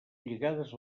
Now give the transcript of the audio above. lligades